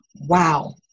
Wow